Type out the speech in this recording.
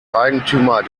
eigentümer